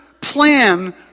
plan